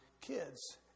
kids